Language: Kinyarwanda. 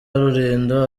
rulindo